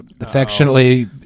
affectionately